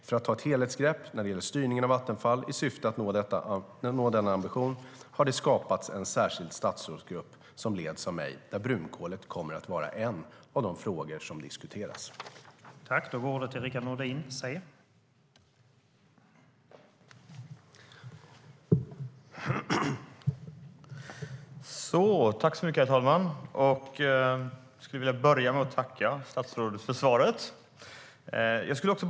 För att ta ett helhetsgrepp när det gäller styrningen av Vattenfall i syfte att nå denna ambition har det skapats en särskild statsrådsgrupp som leds av mig, och där kommer brunkolet att vara en av de frågor som diskuteras.